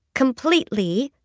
completely,